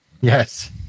Yes